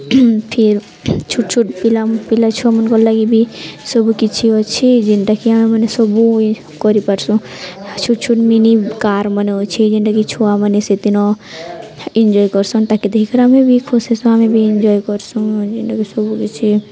ଫିର୍ ଛୋଟ୍ ଛୋଟ୍ ପିଲା ପିଲା ଛୁଆମାନ୍ଙ୍କଲାଗି ବି ସବୁ କିଛି ଅଛେ ଯେନ୍ଟାକି ଆମେମାନେ ସବୁ କରିପାର୍ସୁଁ ଛୋଟ୍ ଛୋଟ୍ ମିନି କାର୍ମାନେ ଅଛେ ଯେନ୍ଟାକି ଛୁଆମାନେ ସେଦିନ ଇନ୍ଜଏ କର୍ସନ୍ ତାକେ ଦେଖିକରି ଆମେ ବି ଖୁସି ହେସୁ ଆମେ ବି ଇନ୍ଜଏ କର୍ସୁଁ ଯେନ୍ଟାକି ସବୁକିଛି